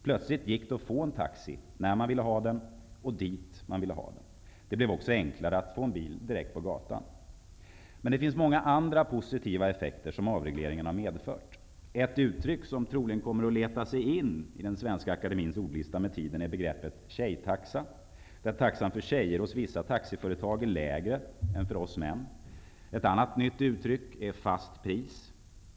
Plötsligt gick det att få en taxi när man ville ha den, dit man ville ha den. Det blev också enklare att få en bil direkt på gatan. Men det finns många andra positiva effekter som avregleringen har medfört. Ett uttryck som troligen kommer att leta sig in i Svenska akademiens ordlista med tiden är begreppet ''tjejtaxa'', där taxan för tjejer hos vissa taxiföretag är lägre än för oss män. Ett annat nytt uttryck är ''fast pris''.